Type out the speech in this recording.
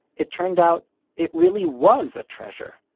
it turned out it really was a treasure.